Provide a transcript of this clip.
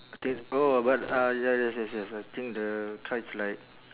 I think oh but ah ya yes yes yes I think the car is like